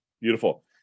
beautiful